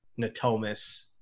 Natomas